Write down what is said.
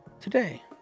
today